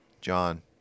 John